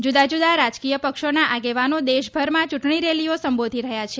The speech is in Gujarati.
જૂદા જુદા રાજકીય પક્ષોના આગેવાનો દેશ ભરમાં ચૂંટણી રેલીઓ સંબોધી રહ્યા છે